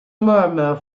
murmur